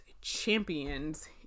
champions